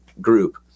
group